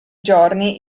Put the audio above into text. giorni